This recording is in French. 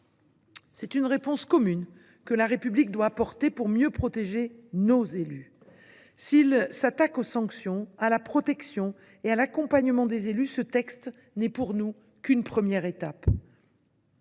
C’est une réponse commune que la République doit apporter pour mieux protéger ses élus. S’il s’intéresse aux sanctions, à la protection et à l’accompagnement des élus, ce texte n’est à nos yeux qu’une première étape.